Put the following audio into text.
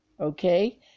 okay